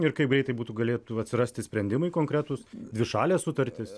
ir kaip greitai būtų galėtų atsirasti sprendimai konkretūs dvišalės sutartys